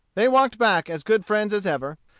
they walked back as good friends as ever,